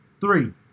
Three